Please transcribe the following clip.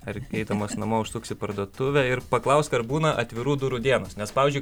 ar eidamas namo užsuksi į parduotuvę ir paklausk ar būna atvirų durų dienos nes pavyzdžiui